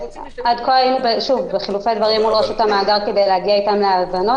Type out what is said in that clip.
עד כה היינו בחילופי דברים מול רשות המאגר כדי להגיע אתם להבנות.